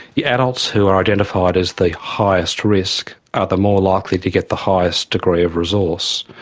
the adults who are identified as the highest risk are the more likely to get the highest degree of resource.